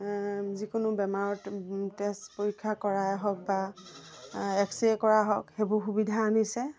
যিকোনো বেমাৰত তেজ পৰীক্ষা কৰাই হওক বা এক্সএ কৰা হওক সেইবোৰ সুবিধা আনিছে